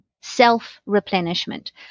self-replenishment